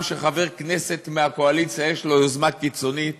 שחבר כנסת מהקואליציה יש לו יוזמה קיצונית,